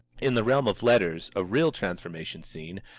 in the realm of letters, a real transformation scene,